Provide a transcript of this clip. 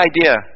idea